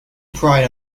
pride